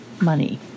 money